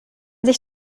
sich